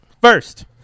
first